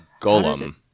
golem